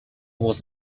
was